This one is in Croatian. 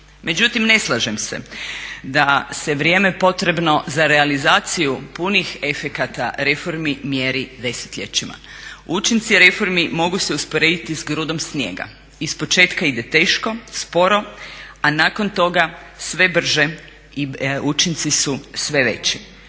Međutim, ne slažem se da se vrijeme potrebno za realizaciju punih efekata reformi mjeri desetljećima. Učinci reformi mogu se usporediti s grudom snijega. Ispočetka ide teško, sporo, a nakon toga sve brže, učinci su sve veći.